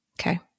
Okay